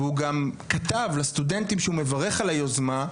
והוא גם כתב לסטודנטים שהוא מברך על היוזמה,